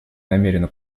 намерена